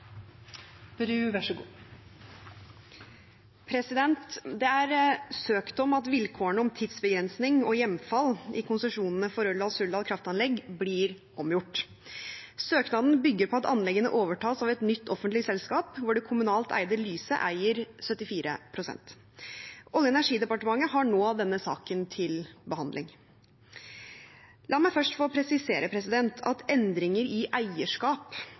omgjort. Søknaden bygger på at anleggene overtas av et nytt offentlig selskap, hvor det kommunalt eide Lyse eier 74 pst. Olje- og energidepartementet har nå denne saken til behandling. La meg først få presisere at endringer i eierskap